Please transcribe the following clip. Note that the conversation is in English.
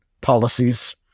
policies